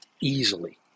Easily